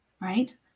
Right